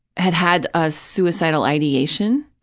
had had a suicidal ideation,